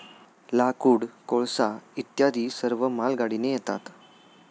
लाकूड, कोळसा इत्यादी सर्व मालगाडीने येतात